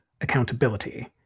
accountability